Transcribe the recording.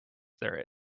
there